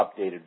updated